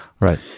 right